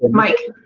but mike.